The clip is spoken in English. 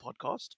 podcast